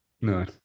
no